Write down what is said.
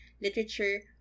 literature